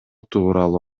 тууралуу